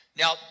Now